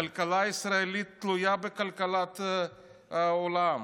הכלכלה הישראלית תלויה בכלכלת העולם,